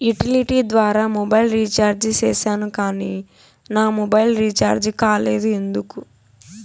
Utility ద్వారా mobile recharge సేసాను కానీ నా మొబైల్ రీచార్జి కాలేదు ఎందుకు?